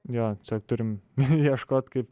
jo čia turim ieškot kaip